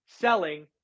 selling